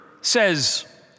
says